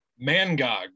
Mangog